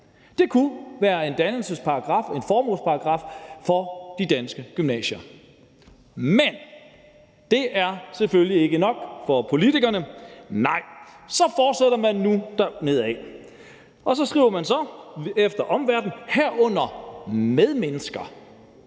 en formålsparagraf for de danske gymnasier. Men det er selvfølgelig ikke nok for politikerne. Nej, så fortsætter man nu dernedad og skriver, at omverden bl.a. er medmennesker.